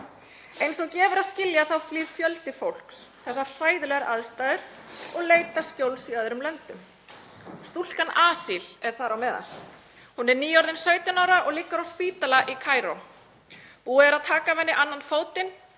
Eins og gefur að skilja flýr fjöldi fólks þessar hræðilegar aðstæður og leitar skjóls í öðrum löndum. Stúlkan Asil er þar á meðal. Hún er nýorðin 17 ára og liggur á spítala í Kaíró. Búið er að taka af henni annan fótinn.